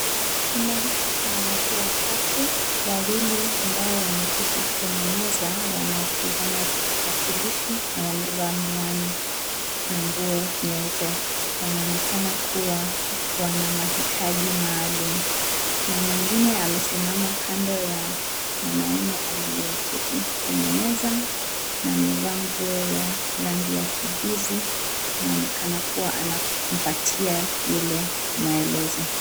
Chumba hiki kina watu watatu, wawili ambao wameketi kwenye meza wanatazama vipakatalishi na wamevaa miwani na nguo nyeupe. Wanaonekana kuwa wana mahitaji maalum na mwengine amesimama kando ya mwanaume aliyeketi kwenye meza na amevaa nguo ya rangi ya kijivu, anaonekana kuwa anampatia yule maelezo.